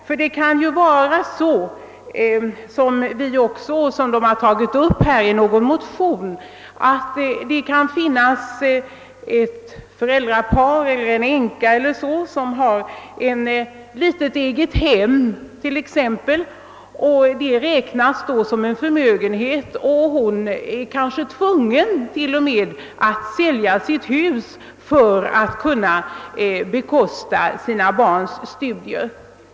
Men det kan vara så — som också har framhållits i någon motion — att ett par föräldrar eller en änka har ett litet egnahem, som i dessa sammanhang räknas som förmögenhet, och vederbörande blir kanske t.o.m. tvungen att sälja sitt hus för att kunna bekosta barnens studier.